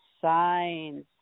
signs